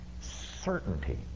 certainty